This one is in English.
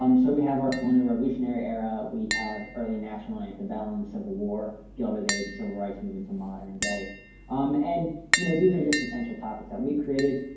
um so we have our colonial revolutionary era we have early national at the balance of war gilded age civil rights movement to modern day um and you know these are just potential topics that we've created.